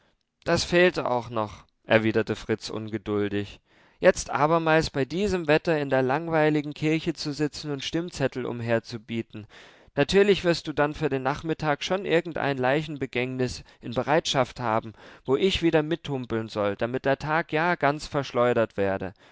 das fehlte auch noch erwiderte fritz ungeduldig jetzt abermals bei diesem wetter in der langweiligen kirche zu sitzen und stimmzettel umherzubieten natürlich wirst du dann für den nachmittag schon irgendein leichenbegängnis in bereitschaft haben wo ich wieder mithumpeln soll damit der tag ja ganz verschleudert werde